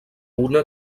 una